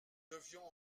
devions